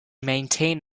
maintain